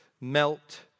melt